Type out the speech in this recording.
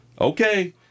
Okay